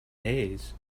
days